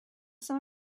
some